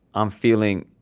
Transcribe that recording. i'm feeling